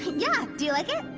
yeah, do you like it?